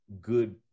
good